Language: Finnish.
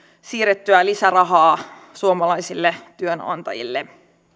siirrettyä lisärahaa suomalaisille työnantajille